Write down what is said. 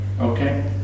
okay